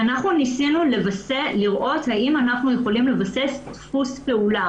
ואנחנו ניסינו לראות אם אנחנו יכולים לבסס דפוס פעולה,